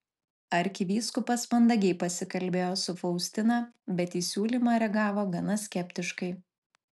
arkivyskupas mandagiai pasikalbėjo su faustina bet į siūlymą reagavo gana skeptiškai